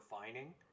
refining